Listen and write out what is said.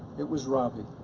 it was robbie